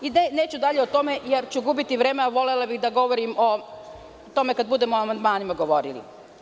Neću dalje o tome jer ću gubiti vreme, a volela bih da govorim o tome kad budemo o amandmanima govorili.